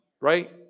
Right